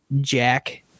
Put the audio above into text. Jack